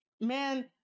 man